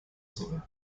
soll